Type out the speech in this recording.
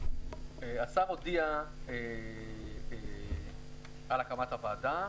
השר הודיע על הקמת הוועדה.